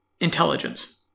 intelligence